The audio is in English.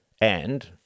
And